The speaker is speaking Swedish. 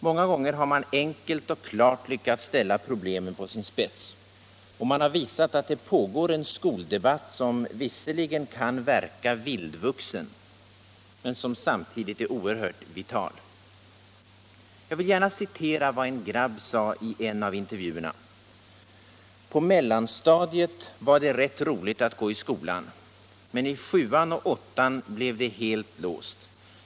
Många gånger har man enkelt och klart lyckats ställa problemen på sin spets. Man har visat att det pågår en skoldebatt, som visserligen kan verka vildvuxen men som samtidigt är oerhört vital. Jag vill gärna citera vad en grabb sade i en av intervjuerna: ”På mellanstadiet var det rätt roligt att gå i skolan. Men i sjuan och åttan blev det helt låst.